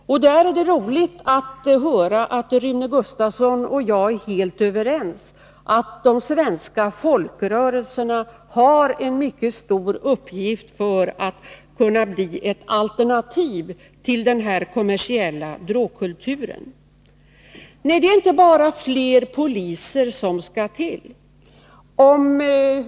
Det är roligt att höra att Rune Gustavsson och jag är helt överens om att de svenska folkrörelserna har en mycket stor uppgift när det gäller att åstadkomma ett alternativ till den kommersiella drogkulturen. Nej, det är inte enbart fler poliser som skall till.